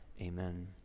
Amen